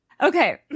Okay